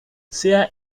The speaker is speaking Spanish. sea